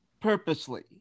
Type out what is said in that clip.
purposely